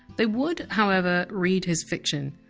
they would, however, read his fiction.